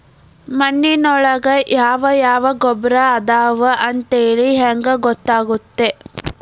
ಮಣ್ಣಿನೊಳಗೆ ಯಾವ ಯಾವ ಗೊಬ್ಬರ ಅದಾವ ಅಂತೇಳಿ ಹೆಂಗ್ ಗೊತ್ತಾಗುತ್ತೆ?